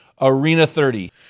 ARENA30